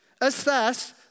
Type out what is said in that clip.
assess